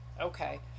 Okay